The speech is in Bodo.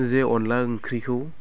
जे अनला ओंख्रिखौ